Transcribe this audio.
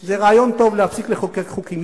להפסיק לחוקק חוקים.